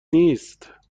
نیست